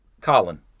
Colin